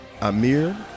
Amir